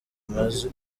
amazi